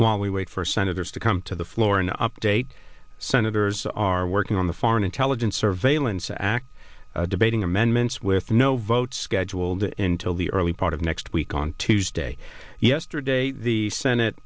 while we wait for senators to come to the floor an update senators are working on the foreign intelligence surveillance act debating amendments with no votes scheduled in till the early part of next week on tuesday yesterday the senate